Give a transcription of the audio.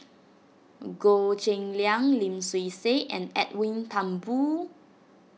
Goh Cheng Liang Lim Swee Say and Edwin Thumboo